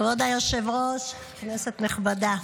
כבוד היושב-ראש, כנסת נכבדה,